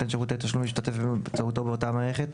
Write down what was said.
שירותי תשלום להשתתף באמצעותו באותה מערכת,